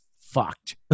fucked